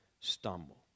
stumble